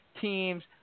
team's